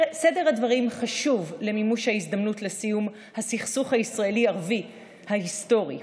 סדר הדברים חשוב למימוש ההזדמנות לסיום הסכסוך הישראלי ערבי ההיסטורי,